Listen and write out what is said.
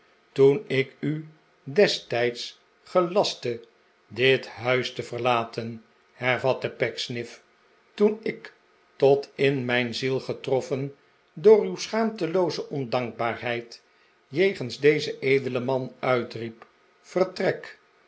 toen ik u destijds gelastte dit huis te verlaten hervatte pecksniff toenik tot in mijn ziel getroffen door uw schaamtelooze ondankbaarheid jegens dezen edelen man uitriep vertrek